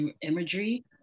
imagery